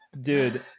Dude